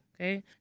okay